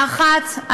האחת,